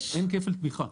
אין כפל תמיכה.